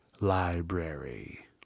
Library